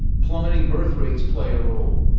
plummeting birth rates play a role.